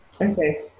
Okay